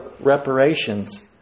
reparations